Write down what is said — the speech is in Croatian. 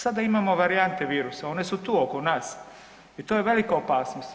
Sada imamo varijante virusa, one su tu oko nas i to je velika opasnost.